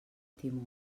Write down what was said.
timó